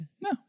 No